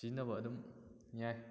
ꯁꯤꯖꯤꯟꯅꯕ ꯑꯗꯨꯝ ꯌꯥꯏ